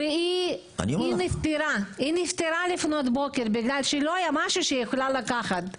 היא נפטרה לפנות בוקר בגלל שלא היה משהו שהיא יכולה לקחת.